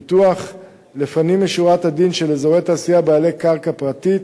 פיתוח לפנים משורת הדין של אזורי תעשייה על קרקע פרטית,